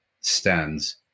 stands